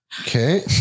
Okay